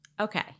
Okay